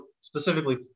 specifically